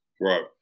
Right